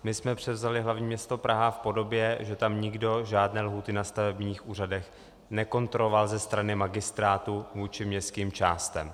My jsme převzali hlavní město Praha v podobě, že tam nikdo žádné lhůty na stavebních úřadech nekontroloval ze strany magistrátu vůči městským částem.